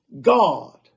God